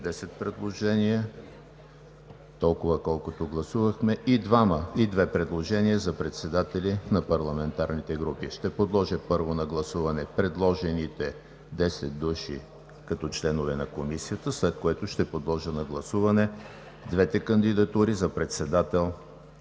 предложения – толкова, колкото гласувахме, и две предложения за председатели на парламентарните групи. Ще подложа първо на гласуване предложените десет души като членове на Комисията, след което ще подложа на гласуване двете кандидатури за председател